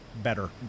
better